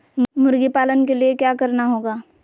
मुर्गी पालन के लिए क्या करना होगा?